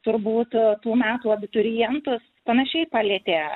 turbūt tų metų abiturientus panašiai palietė